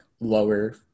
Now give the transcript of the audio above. lower